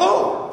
ברור.